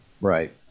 Right